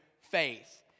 faith